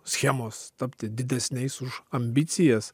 schemos tapti didesniais už ambicijas